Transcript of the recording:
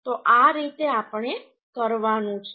તો આ રીતે આપણે કરવાનું છે